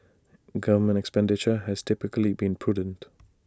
government expenditure has typically been prudent